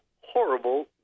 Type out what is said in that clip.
horrible